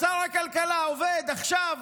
אז שר הכלכלה עובד עכשיו,